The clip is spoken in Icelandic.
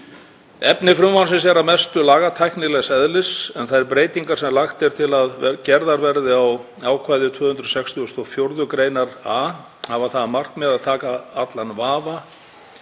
Efni frumvarpsins er að mestu lagatæknilegs eðlis. Þær breytingar sem lagt er til að gerðar verði á ákvæðum 264. gr. a hafa það að markmiði að taka af allan vafa